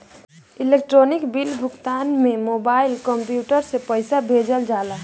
electronic bill भुगतान में mobile, computer से पईसा भेजल जाला